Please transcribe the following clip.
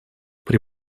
при